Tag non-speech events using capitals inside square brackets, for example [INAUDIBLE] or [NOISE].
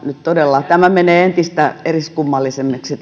nyt entistä eriskummallisemmaksi [UNINTELLIGIBLE]